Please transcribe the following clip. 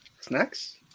snacks